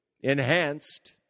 enhanced